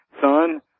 son